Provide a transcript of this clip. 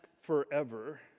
forever